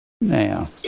Now